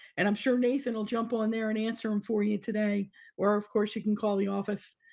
and i'm sure nathan will jump on there and answer them for you today or of course you can call the office.